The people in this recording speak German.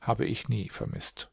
habe ich nie vermißt